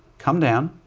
come down,